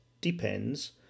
depends